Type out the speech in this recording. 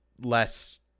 less